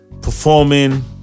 performing